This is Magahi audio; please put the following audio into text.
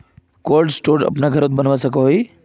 कोल्ड स्टोर अपना घोरोत बनवा सकोहो ही?